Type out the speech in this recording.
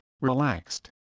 relaxed